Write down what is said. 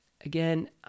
again